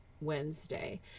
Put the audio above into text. Wednesday